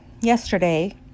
yesterday